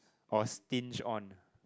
or stinge on